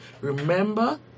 remember